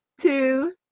two